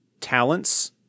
talents